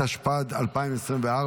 התשפ"ד 2024,